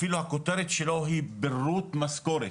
אפילו כותרתו היא "פירוט משכורת".